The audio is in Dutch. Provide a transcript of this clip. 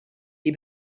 die